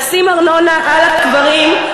לשים ארנונה על הקברים,